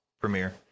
premiere